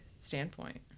standpoint